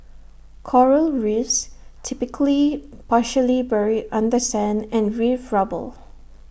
Coral reefs typically partially buried under sand and reef rubble